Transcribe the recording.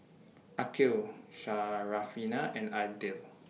Aqil Syarafina and Aidil